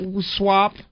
swap